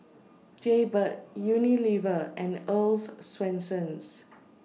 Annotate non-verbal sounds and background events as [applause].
[noise] Jaybird Unilever and Earl's Swensens